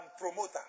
promoter